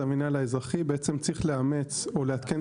זה המנהל האזרחי בעצם צריך לאמץ או לעדכן